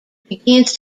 begins